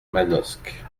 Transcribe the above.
manosque